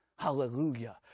Hallelujah